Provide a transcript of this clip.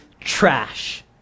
trash